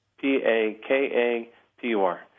P-A-K-A-P-U-R